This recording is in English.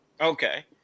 Okay